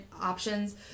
options